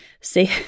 see